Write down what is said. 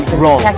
wrong